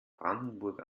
brandenburg